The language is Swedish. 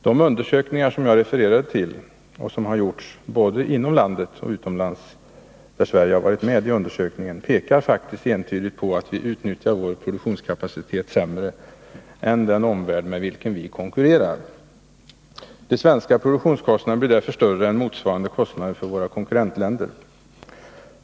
De undersökningar som jag refererade till — både de som gjorts inom landet och de utländska som omfattat även Sverige — pekar faktiskt entydigt på att vi utnyttjar vår produktionskapacitet sämre än den omvärld med vilken vi konkurrerar. De svenska produktionskostnaderna blir därför större än motsvarande kostnader för våra konkurrentländer.